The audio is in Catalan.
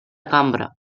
cambra